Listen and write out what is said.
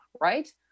right